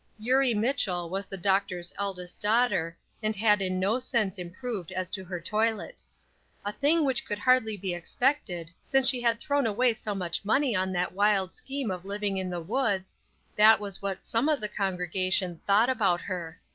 eurie mitchell was the doctor's eldest daughter, and had in no sense improved as to her toilet a thing which could hardly be expected, since she had thrown away so much money on that wild scheme of living in the woods that was what some of the congregation thought about her.